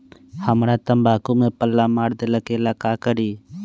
हमरा तंबाकू में पल्ला मार देलक ये ला का करी?